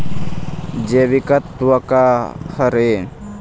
जैविकतत्व का हर ए?